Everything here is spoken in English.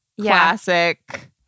classic